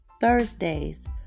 thursdays